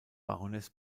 baroness